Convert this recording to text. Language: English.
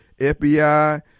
FBI